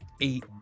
eight